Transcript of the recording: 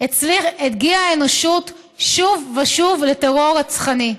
הגיעה האנושית שוב ושוב לטרור רצחני?